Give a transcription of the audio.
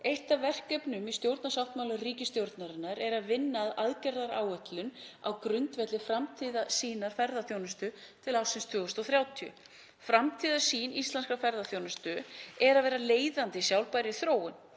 Eitt af verkefnum í stjórnarsáttmála ríkisstjórnarinnar er að vinna að aðgerðaáætlun á grundvelli framtíðarsýnar ferðaþjónustu til ársins 2030. Framtíðarsýn íslenskrar ferðaþjónustu er að vera leiðandi í sjálfbærri þróun.